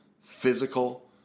physical